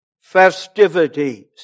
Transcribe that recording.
festivities